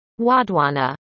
Wadwana